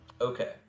Okay